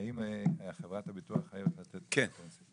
האם חברת הביטוח חייבת לתת לו פנסיה?